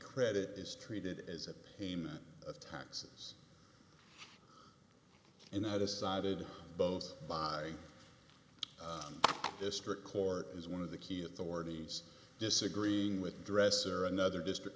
credit is treated as a payment of taxes and i decided both by district court is one of the key authorities disagreeing with dresser another district